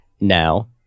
now